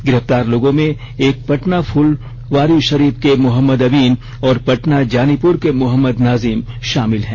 गिरफ्तार लोगों में एक पटना फुलवारी शरीफ के मोहम्मद अमीन और पटना जानीपुर के मोहम्मद नाजिम शामिल है